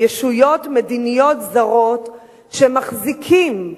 ישויות מדיניות זרות שמחזיקים,